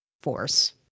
force